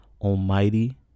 Almighty